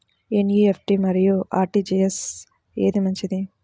NEFT మరియు RTGS ఏది మంచిది?